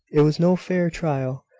it was no fair trial.